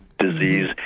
Disease